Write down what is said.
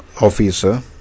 officer